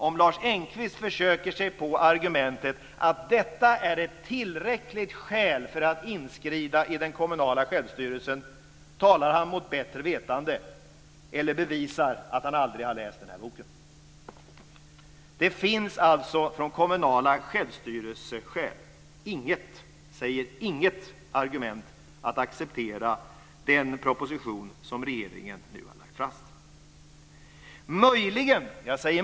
Om Lars Engqvist försöker sig på argumentet att detta är ett tillräckligt skäl för att ingripa i den kommunala självstyrelsen talar han mot bättre vetande - eller bevisar att han aldrig har läst den här boken. Det finns alltså från kommunala självstyrelseskäl inget, säger inget, argument för att acceptera den proposition som regeringen nu har lagt fram.